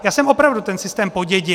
Já jsem opravdu ten systém podědil.